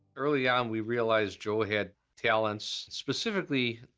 early on, we realized joe had talents, specifically,